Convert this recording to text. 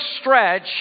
stretch